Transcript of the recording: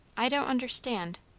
i don't understand